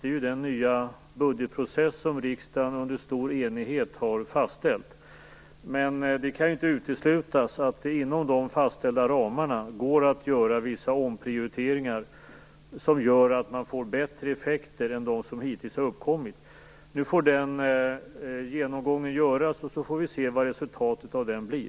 Det är den nya budgetprocess som riksdagen under stor enighet har fastställt. Men det kan inte uteslutas att det inom de fastställda ramarna går att göra vissa omprioriteringar som gör att man får bättre effekter än de som hittills har uppkommit. Nu får den genomgången göras, och så får vi se vad resultatet av den blir.